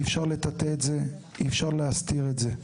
אי אפשר לטאטא את זה, אי אפשר להסתיר את זה.